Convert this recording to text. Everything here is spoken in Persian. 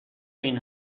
این